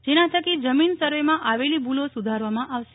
જેના થકી જમીન સર્વેમાં આવેલી ભુલો સુધારવામાં આવશે